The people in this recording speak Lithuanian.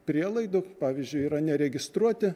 prielaidų pavyzdžiui yra neregistruoti